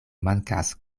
mankas